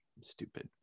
stupid